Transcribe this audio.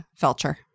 Felcher